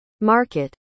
market